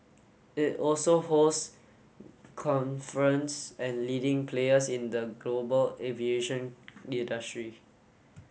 it also hosts conference and leading players in the global aviation industry